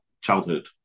childhood